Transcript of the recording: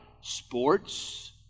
sports